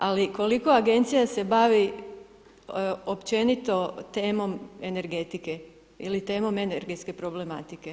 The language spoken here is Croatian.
Ali koliko agencija se bavi općenito temom energetike ili temom energetske problematike.